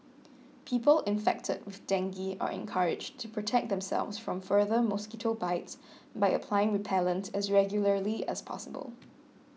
people infected with dengue are encouraged to protect themselves from further mosquito bites by applying repellent as regularly as possible